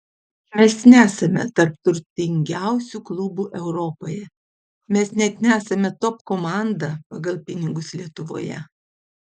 mes nesame tarp turtingiausių klubų europoje mes net nesame top komanda pagal pinigus lietuvoje